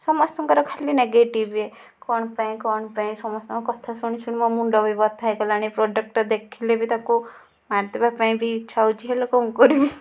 ସମସ୍ତଙ୍କର ଖାଲି ନେଗେଟିଭ ଇଏ କ'ଣ ପାଇଁ କ'ଣ ପାଇଁ ସମସ୍ତଙ୍କ କଥା ଶୁଣି ଶୁଣି ମୋ ମୁଣ୍ଡ ବି ବଥା ହୋଇଗଲାଣି ପ୍ରଡକ୍ଟଟା ଦେଖିଲେ ବି ତାକୁ ମାରିଦେବା ପାଇଁ ବି ଇଚ୍ଛା ହେଉଛି ହେଲେ କ'ଣ କରିବି